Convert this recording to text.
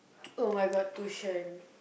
oh-my-god tuition